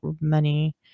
money